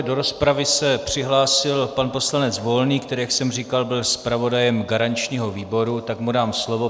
Do rozpravy se přihlásil pan poslanec Volný, který, jak jsem říkal, byl zpravodajem garančního výboru, tak mu dám slovo.